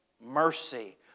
mercy